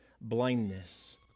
blindness